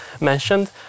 mentioned